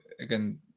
again